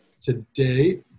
today